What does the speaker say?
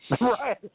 Right